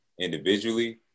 individually